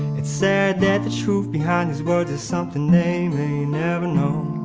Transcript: it's sad that the truth behind these words is something they may never know